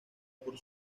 por